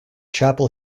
chapel